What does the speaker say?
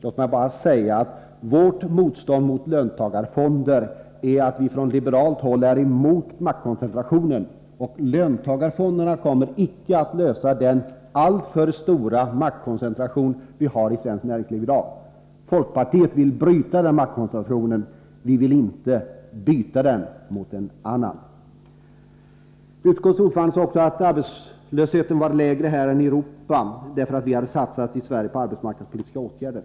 Låt mig bara säga att vårt motstånd mot löntagarfonder beror på att vi på liberalt håll är emot maktkoncentrationen. Löntagarfonderna kommer icke att lösa problemet med den alltför stora maktkoncentration som i dag finns i svenskt näringsliv. Folkpartiet vill bryta den maktkoncentrationen — inte byta den mot en annan. Utskottets ordförande sade också att arbetslösheten är lägre här än i Europa i övrigt, beroende på att vi har satsat på arbetsmarknadspolitiska åtgärder.